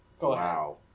Wow